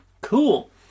cool